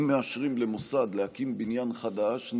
אם מאשרים למוסד להקים בניין חדש,